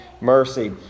Mercy